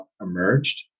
emerged